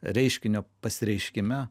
reiškinio pasireiškime